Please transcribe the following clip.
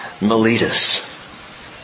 Miletus